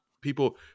people